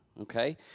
okay